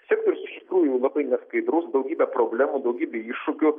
sektorius iš tikrųjų labai neskaidrus daugybė problemų daugybė iššūkių